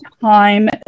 time